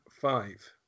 five